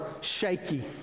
shaky